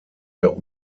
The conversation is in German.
der